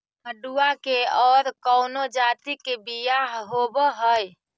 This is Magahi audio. मडूया के और कौनो जाति के बियाह होव हैं?